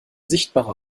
sichtbare